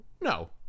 no